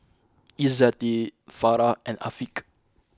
Izzati Farah and Afiq